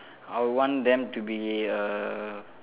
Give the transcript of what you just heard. I will want them to be a